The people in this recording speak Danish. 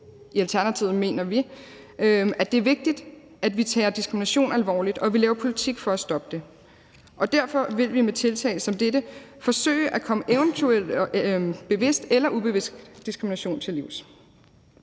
I Alternativet mener vi, at det er vigtigt, at vi tager diskrimination alvorligt, og vi laver politik for at stoppe det. Derfor vil vi med tiltag som dette forsøge at komme bevidst eller ubevidst diskrimination til livs.